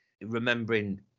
remembering